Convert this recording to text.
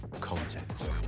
content